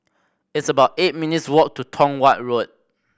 it's about eight minutes' walk to Tong Watt Road